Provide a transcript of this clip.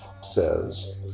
says